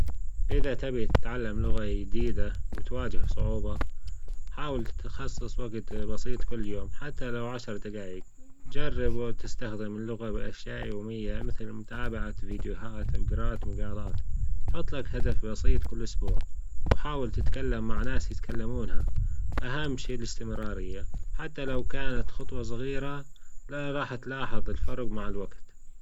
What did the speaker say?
إذا تبي تتعلم لغة دديدة وتواجه صعوبة، حاول تخصص وقت بسيط كل يوم حتى لو عشر دجايج جربوا تستخدموا اللغة بأشياء يومية مثل متابعة فيديوهات أو جراية مجارات حط لك هدف بسيط كل أسبوع وحاول تتكلم مع ناس يتكلمونها، أهم شي الإستمرارية حتى لو كانت خطوة صغيرة راح تلاحظ الفرج مع الوجت.